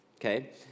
Okay